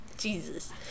Jesus